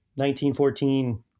1914